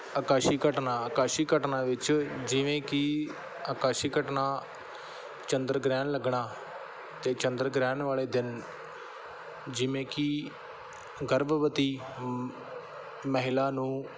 ਆਕਾਸ਼ੀ ਘਟਨਾ ਆਕਾਸ਼ੀ ਘਟਨਾ ਵਿੱਚ ਜਿਵੇਂ ਕਿ ਆਕਾਸ਼ੀ ਘਟਨਾ ਚੰਦਰ ਗ੍ਰਹਿਣ ਲੱਗਣਾ ਅਤੇ ਚੰਦਰ ਗ੍ਰਹਿਣ ਵਾਲੇ ਦਿਨ ਜਿਵੇਂ ਕਿ ਗਰਭਵਤੀ ਮ ਮਹਿਲਾ ਨੂੰ